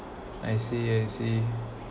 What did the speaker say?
I see I see